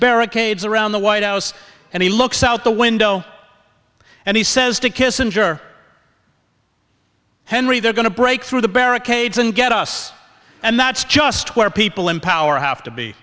barricades around the white house and he looks out the window and he says to kissinger henry they're going to break through the barricades and get us and that's just where people in power have to be